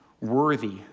worthy